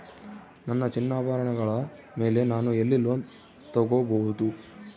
ನನ್ನ ಚಿನ್ನಾಭರಣಗಳ ಮೇಲೆ ನಾನು ಎಲ್ಲಿ ಲೋನ್ ತೊಗೊಬಹುದು?